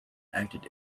acted